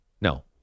no